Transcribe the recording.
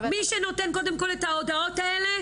מי שנותן קודם כול את ההודעות האלה,